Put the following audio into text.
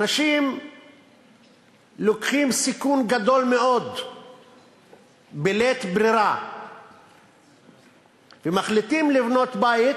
אנשים לוקחים סיכון גדול מאוד בלית ברירה ומחליטים לבנות בית,